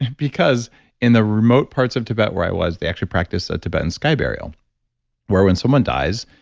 because in the remote parts of tibet where i was, they actually practice a tibetan sky burial where when someone dies,